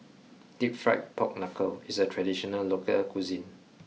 deep fried pork knuckle is a traditional local cuisine